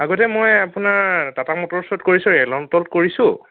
আগতে মই আপোনাৰ টাটা মটৰ্ছত কৰিছো এলন্টত কৰিছোঁ